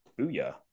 booyah